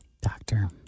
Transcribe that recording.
Doctor